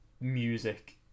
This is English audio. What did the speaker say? music